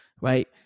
right